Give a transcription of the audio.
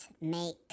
make